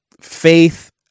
faith